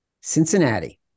Cincinnati